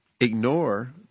ignore